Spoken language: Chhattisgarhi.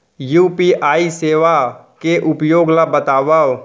यू.पी.आई सेवा के उपयोग ल बतावव?